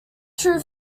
true